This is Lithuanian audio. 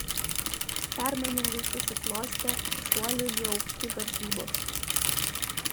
permainingai susiklostė šuolių į aukštį varžybos